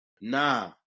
Nah